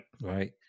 Right